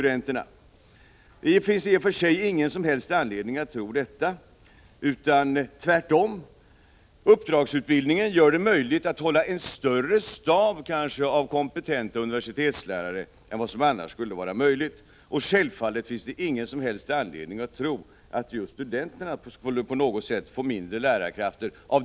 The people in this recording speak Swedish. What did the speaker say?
Det finns i och för sig ingen som helst anledning att tro detta, utan tvärtom gör uppdragsutbildningen det möjligt att ha en större stab av kompetenta universitetslärare än vad som annars skulle vara fallet. Självfallet finns det ingen som helst anledning att tro att just studenterna på något sätt skulle få mindre lärarkrafter.